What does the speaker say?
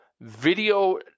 video